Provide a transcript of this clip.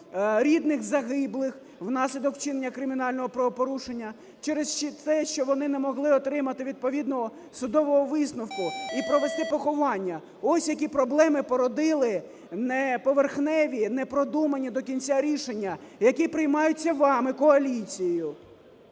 рідних загиблих внаслідок вчинення кримінального правопорушення через те, що вони не могли отримати відповідного судового висновку і провести поховання. Ось які проблеми породили не… поверхневі, непродумані до кінця рішення, які приймаються вами, коаліцією.